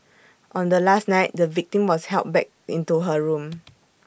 on the last night the victim was helped back into her room